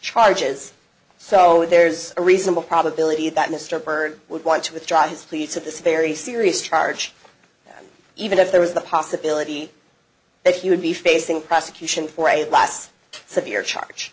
charges so there's a reasonable probability that mr byrd would want to withdraw his plea to this very serious charge even if there was the possibility that he would be facing prosecution for a last severe charge